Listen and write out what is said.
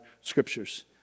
scriptures